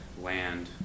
land